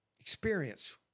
Experience